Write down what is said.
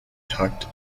tucked